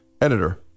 editor